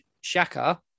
Shaka